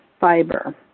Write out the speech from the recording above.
fiber